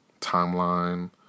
timeline